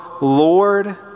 Lord